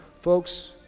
folks